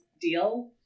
deal